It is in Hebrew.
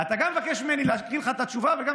אתה גם מבקש ממני להקריא לך את התשובה ואתה